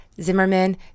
Zimmerman